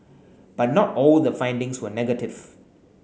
but not all the findings were negative